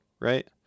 right